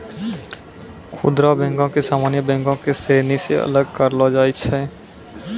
खुदरा बैको के सामान्य बैंको के श्रेणी से अलग करलो जाय छै